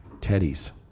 Teddy's